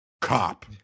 cop